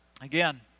Again